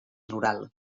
rural